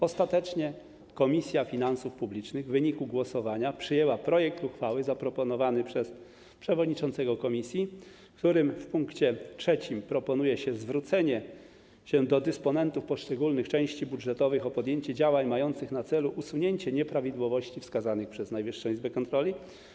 Ostatecznie Komisja Finansów Publicznych w wyniku głosowania przyjęła projekt uchwały zaproponowany przez przewodniczącego komisji, w którym w pkt 3 proponuje się zwrócenie się do dysponentów poszczególnych części budżetowych o podjęcie działań mających na celu usunięcie nieprawidłowości wskazanych przez Najwyższą Izbę Kontroli.